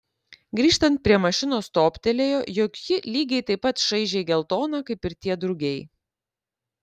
grįžtant prie mašinos toptelėjo jog ji lygiai taip pat šaižiai geltona kaip ir tie drugiai